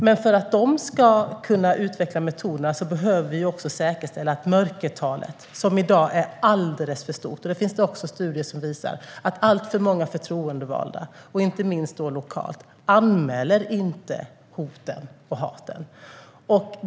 Men för att de ska kunna utveckla metoderna behöver vi också säkerställa att mörkertalet, som i dag är alldeles för stort, synliggörs. Det finns också studier som visar att alltför många förtroendevalda, inte minst lokalt, inte anmäler hoten och hatet.